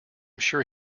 sure